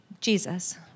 Jesus